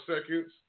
seconds